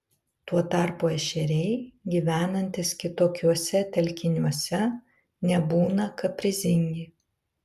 tuo tarpu ešeriai gyvenantys kitokiuose telkiniuose nebūna kaprizingi